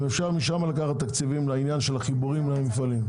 אם אפשר משם לקחת תקציבים לעניין של החיבורים למפעלים.